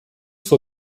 vor